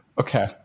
Okay